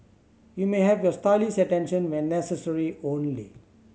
you may have your stylist's attention when necessary only